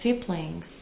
siblings